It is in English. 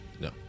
No